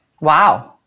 Wow